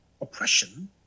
oppression